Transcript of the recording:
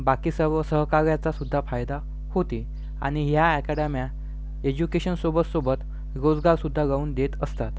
बाकी सर्व सहकाऱ्याचासुद्धा फायदा होते आणि ह्या अॅकॅडम्या एज्युकेशनसोबत सोबत रोजगारसुद्धा लावून देत असतात